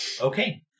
Okay